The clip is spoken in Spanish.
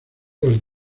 dos